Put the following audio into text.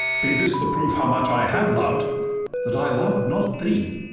be this the proof how much i have loved that i love not thee!